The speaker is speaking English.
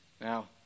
Now